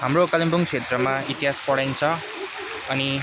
हाम्रो कालिम्पोङ क्षेत्रमा इतिहास पढाइन्छ अनि